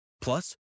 Plus